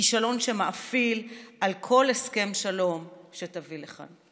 כישלון שמאפיל על כל הסכם שלום שתביא לכאן.